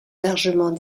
largement